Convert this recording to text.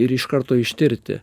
ir iš karto ištirti